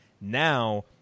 Now